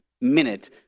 minute